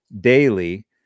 daily